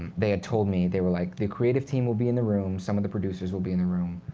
they had told me they were like, the creative team will be in the room. some of the producers will be in the room.